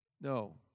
No